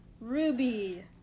Ruby